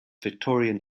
victorian